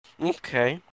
Okay